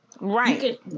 Right